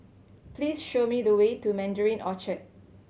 please show me the way to Mandarin Orchard